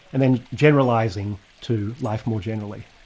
and then generalising to life more generally.